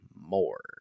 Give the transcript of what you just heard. more